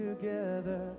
together